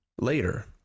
later